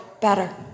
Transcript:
better